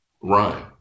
Run